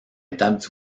étape